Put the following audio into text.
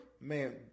man